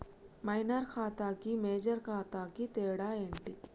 Minor ఖాతా కి major ఖాతా కి తేడా ఏంటి?